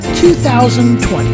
2020